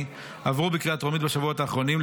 עברו בקריאה טרומית בשבועות האחרונים.